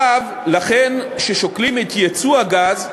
לכן, כששוקלים את ייצוא הגז,